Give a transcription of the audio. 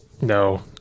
no